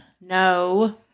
No